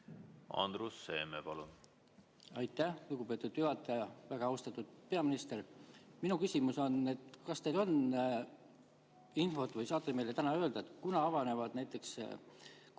Andrus Seeme, palun! Aitäh, lugupeetud juhataja! Väga austatud peaminister! Minu küsimus: kas teil on infot või saate meile täna öelda, kunas avanevad näiteks kortermajade